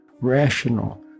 rational